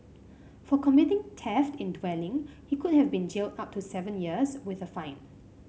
for committing theft in dwelling he could have been jailed up to seven years with a fine